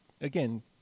Again